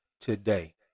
today